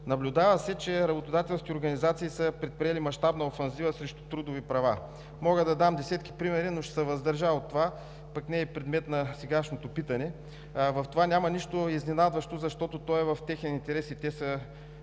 Наблюдава се, че работодателски организации са предприели мащабна офанзива срещу трудови права. Мога да дам десетки примери, но ще се въздържа, пък не е и предмет на сегашното питане. В това няма нищо изненадващо, защото то е в техен интерес и те са в